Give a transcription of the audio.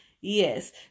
yes